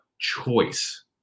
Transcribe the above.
choice